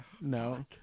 No